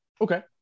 Okay